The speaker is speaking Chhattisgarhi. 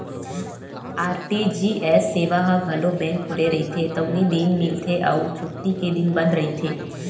आर.टी.जी.एस सेवा ह घलो बेंक खुले रहिथे तउने दिन मिलथे अउ छुट्टी के दिन बंद रहिथे